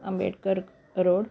Ambedkar road